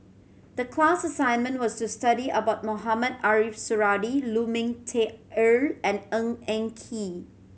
the class assignment was to study about Mohamed Ariff Suradi Lu Ming Teh Earl and Ng Eng Kee